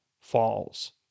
falls